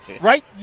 Right